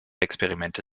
experimente